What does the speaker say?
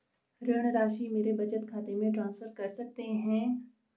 ऋण राशि मेरे बचत खाते में ट्रांसफर कर सकते हैं?